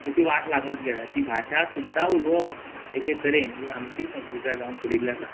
अशी वाट लागत गेल्या ती भाशा सुद्दां उलोवप एके तरेन ही आमची संस्कृताय जावन पडिल्ली आसा